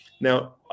Now